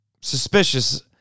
suspicious